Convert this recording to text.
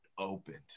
opened